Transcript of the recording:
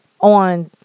on